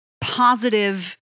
positive